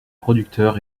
producteur